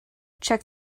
check